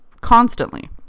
constantly